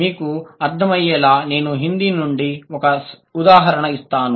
మీకు అర్థమయ్యేలా నేను హిందీ నుండి ఒక ఉదాహరణ ఇస్తాను